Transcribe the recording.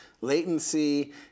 latency